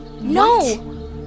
No